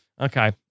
Okay